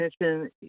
attention